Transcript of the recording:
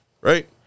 Right